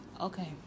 Okay